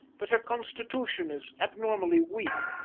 but her constitution is abnormally weak,